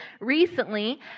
recently